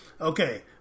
Okay